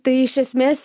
tai iš esmės